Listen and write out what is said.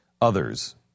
others